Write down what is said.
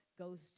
goes